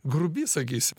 grubi sakysim